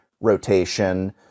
rotation